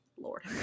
Lord